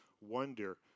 wonder